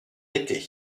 été